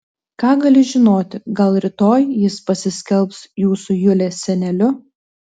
ką gali žinoti gal rytoj jis pasiskelbs jūsų julės seneliu